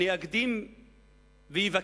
אני אקדים ואבקש